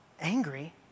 angry